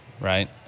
right